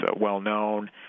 well-known